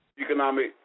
economic